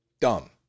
Dumb